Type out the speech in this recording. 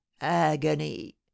agony